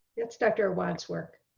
it's dr. awad's work.